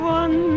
one